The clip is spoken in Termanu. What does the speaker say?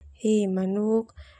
He manuk.